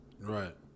Right